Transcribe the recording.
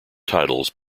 titles